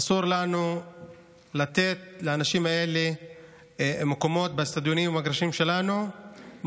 אסור לנו לתת לאנשים האלה מקומות באצטדיונים ובמגרשים שלנו,